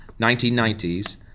1990s